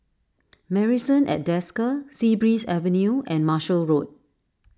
Marrison at Desker Sea Breeze Avenue and Marshall Road